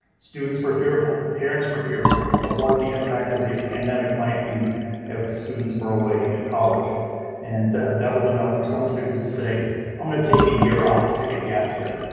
students were fearful parents were fearful of what the impact of the pandemic might be if students were away at college and that was enough for some students to say i'm going to take a year off. i'll take a gap year.